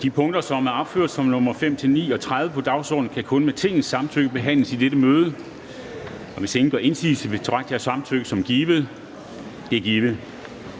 De punkter, som er opført som nr. 5-9 og 30 på dagsordenen, kan kun med Tingets samtykke behandles i dette møde. Hvis ingen gør indsigelse, betragter jeg samtykket som givet. Det er givet.